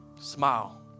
smile